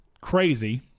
Crazy